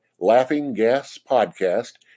laughinggaspodcast